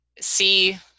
see